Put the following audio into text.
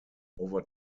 over